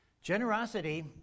Generosity